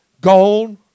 Gold